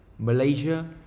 Malaysia